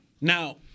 Now